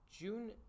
June